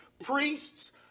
priests